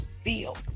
feel